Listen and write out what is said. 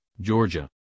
georgia